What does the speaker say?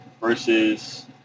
versus